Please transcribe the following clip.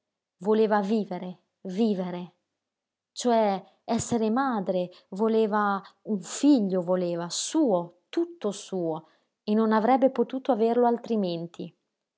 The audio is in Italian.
voleva vivere vivere cioè esser madre voleva un figlio voleva suo tutto suo e non avrebbe potuto averlo altrimenti